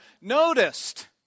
noticed